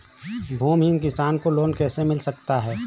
भूमिहीन किसान को लोन कैसे मिल सकता है?